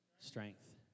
Strength